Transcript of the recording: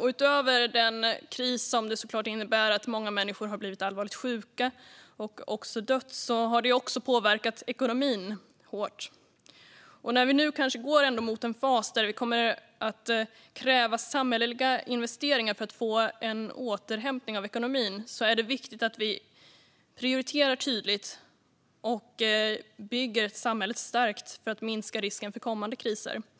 Utöver den kris som det såklart innebär att många människor har blivit allvarligt sjuka och dött har den också påverkat ekonomin hårt. När vi nu kanske ändå går mot en fas där det kommer att krävas samhälleliga investeringar för att få en återhämtning av ekonomin är det viktigt att vi prioriterar tydligt och bygger samhället starkt för att minska risken för kommande kriser.